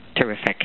Terrific